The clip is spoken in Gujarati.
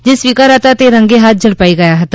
જે સ્વીકારતા તે રંગે હાથ ઝડપાઇ ગયા હતા